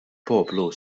poplu